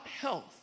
health